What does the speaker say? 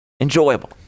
enjoyable